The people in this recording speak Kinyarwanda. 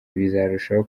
bizarushaho